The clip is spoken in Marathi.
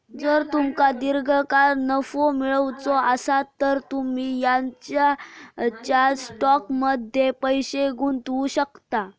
जर तुमका दीर्घकाळ नफो मिळवायचो आसात तर तुम्ही खंयच्याव स्टॉकमध्ये पैसे गुंतवू शकतास